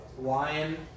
lion